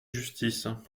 justice